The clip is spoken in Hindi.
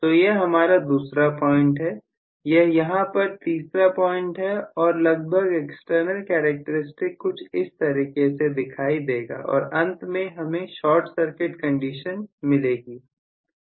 तो यह हमारा दूसरा पॉइंट है यह यहां पर तीसरा पॉइंट है और लगभग एक्सटर्नल करैक्टेरिस्टिक्स कुछ इस तरीके से दिखाई देगा और अंत में हमें शार्ट सर्किट कंडीशन मिलेंगे